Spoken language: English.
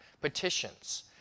petitions